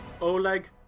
Oleg